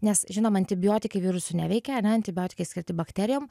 nes žinoma antibiotikai virusų neveikia ane antibiotikai skirti bakterijom